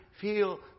feel